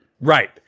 Right